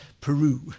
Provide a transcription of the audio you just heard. Peru